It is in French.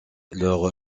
leur